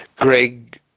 Greg